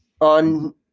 on